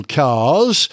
cars